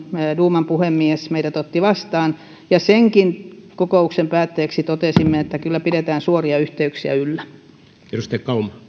duuman puhemies meidät otti vastaan senkin kokouksen päätteeksi totesimme että kyllä pidetään suoria yhteyksiä yllä